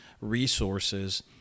resources